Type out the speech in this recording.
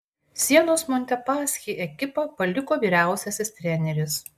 sienos montepaschi ekipą paliko vyriausiasis treneris